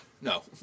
No